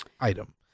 item